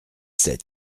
sept